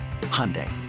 Hyundai